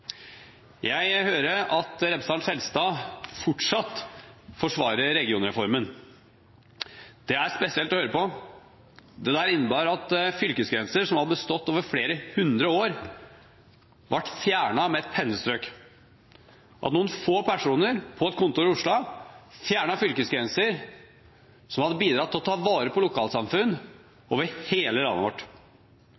Jeg hører at representanten Skjelstad fortsatt forsvarer regionreformen. Det er spesielt å høre på. Den innebar at fylkesgrenser som har bestått over flere hundre år, ble fjernet med et pennestrøk, og at noen få personer på et kontor i Oslo fjernet fylkesgrenser som har bidratt til å ta vare på lokalsamfunn